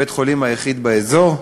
בית-החולים היחיד באזור,